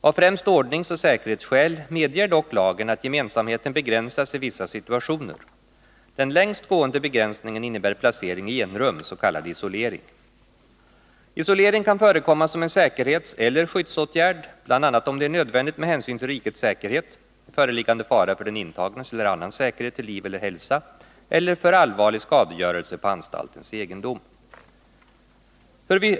Av främst ordningsoch säkerhetsskäl medger dock lagen att gemensamheten begränsas i vissa situationer. Den längst gående begränsningen innebär placering i enrum, s.k. isolering. Isolering kan förekomma som en säkerhetseller skyddsåtgärd, bl.a. om det är nödvändigt med hänsyn till rikets säkerhet, föreliggande fara för den intagnes eller annans säkerhet till liv eller hälsa eller för allvarlig skadegörelse på anstaltens egendom.